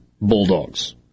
Bulldogs